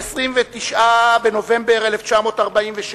ב-29 בנובמבר 1947,